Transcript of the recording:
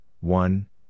one